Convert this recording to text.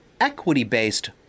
equity-based